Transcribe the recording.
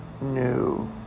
new